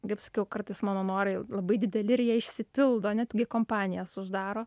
kaip sakiau kartais mano norai labai dideli ir jie išsipildo netgi kompanijas uždaro